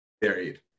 buried